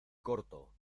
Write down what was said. corto